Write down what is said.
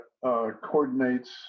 coordinates